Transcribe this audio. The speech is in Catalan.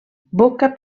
boca